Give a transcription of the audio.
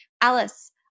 Alice